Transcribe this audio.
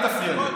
אל תפריע לי.